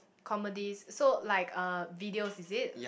comedies so like uh videos is it